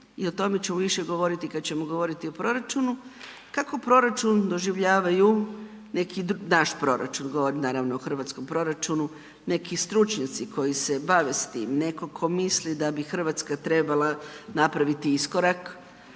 i o tome ću više govoriti kad ćemo govoriti o proračunu, kako proračun doživljavaju neki, naš proračun, govorim naravno o hrvatskom proračunu, neki stručnjaci koji se bave s tim, netko tko misli da bi RH trebala napraviti iskorak,